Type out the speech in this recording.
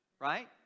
right